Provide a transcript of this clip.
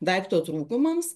daikto trūkumams